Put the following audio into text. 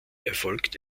erfolgt